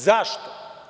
Zašto?